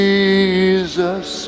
Jesus